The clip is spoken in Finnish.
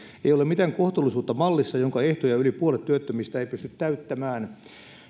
ei ole mitään kohtuullisuutta mallissa jonka ehtoja yli puolet työttömistä ei pysty täyttämään